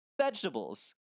Vegetables